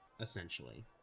essentially